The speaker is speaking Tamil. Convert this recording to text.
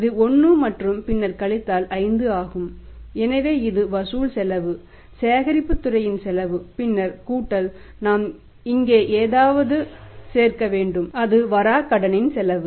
இது 1 மற்றும் பின்னர் கழித்தல் 5 ஆகும் எனவே இது வசூல் செலவு சேகரிப்புத் துறையின் செலவு பின்னர் கூட்டல் நாம் இங்கே ஏதாவது சேர்க்க வேண்டும் அது வராக்கடன்களின் செலவு